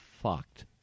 fucked